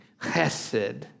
chesed